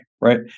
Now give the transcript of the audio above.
right